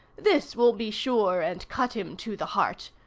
this will be sure and cut him to the heart.